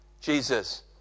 Jesus